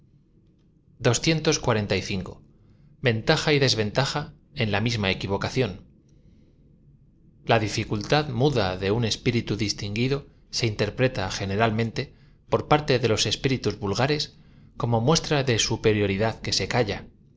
ventaja y detteniaja en la misma equivocación l a dificultad muda de un espíritu dibtinguido se tu terpreta generalmente por parte de los espiritus vul gares como muestra de superioridad que se calla